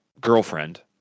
girlfriend